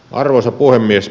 arvoisa puhemies